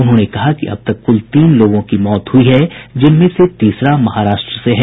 उन्होंने कहा कि अब तक कुल तीन लोगों की मृत्यु हुई है जिनमें से तीसरा महाराष्ट्र से है